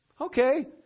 Okay